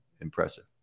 impressive